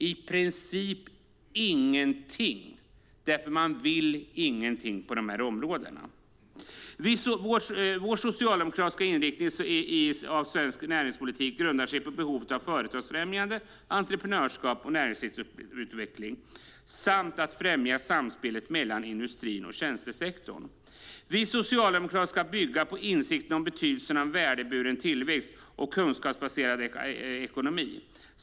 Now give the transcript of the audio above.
I princip inget alls, för man vill ingenting på de här områdena. Vår socialdemokratiska inriktning för svensk näringspolitik grundar sig på behovet av företagsfrämjande, entreprenörskap och näringslivsutveckling samt av att främja samspelet mellan industrin och tjänstesektorn. Vi socialdemokrater ska bygga på insikten om betydelsen av värdeburen tillväxt och kunskapsbaserad ekonomi.